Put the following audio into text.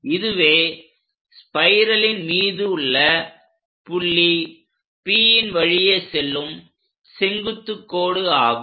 இதுவே ஸ்பைரலின் மீதுள்ள புள்ளி Pன் வழியே செல்லும் செங்குத்து கோடு ஆகும்